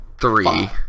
three